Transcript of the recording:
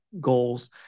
goals